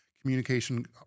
communication